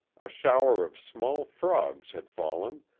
a shower of small frogs had fallen,